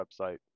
website